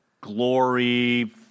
glory